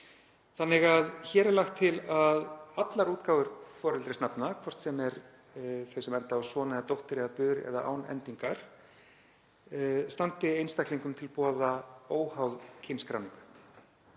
vitni. Hér er lagt til að allar útgáfur foreldrisnafna, hvort sem þau enda á -son, -dóttir eða -bur eða eru án endingar, standi einstaklingum til boða óháð kynskráningu.